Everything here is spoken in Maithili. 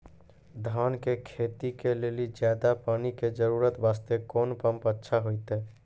धान के खेती के लेली ज्यादा पानी के जरूरत वास्ते कोंन पम्प अच्छा होइते?